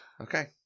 Okay